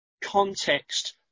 context